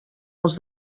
els